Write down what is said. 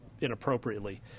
inappropriately